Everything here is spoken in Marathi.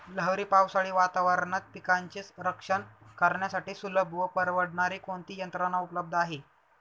लहरी पावसाळी वातावरणात पिकांचे रक्षण करण्यासाठी सुलभ व परवडणारी कोणती यंत्रणा उपलब्ध आहे?